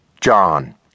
John